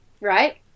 right